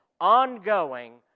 ongoing